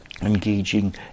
engaging